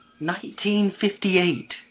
1958